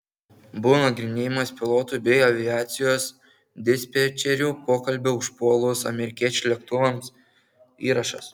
buvo nagrinėjamas pilotų bei aviacijos dispečerių pokalbio užpuolus amerikiečių lėktuvams įrašas